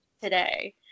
today